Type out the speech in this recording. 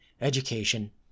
education